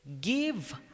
give